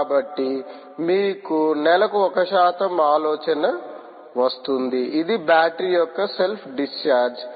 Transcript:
కాబట్టి మీకు నెలకు 1 శాతం ఆలోచన వస్తుంది ఇది బ్యాటరీ యొక్క సెల్ఫ్ డిశ్చార్జ్